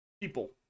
people